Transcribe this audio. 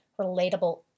relatable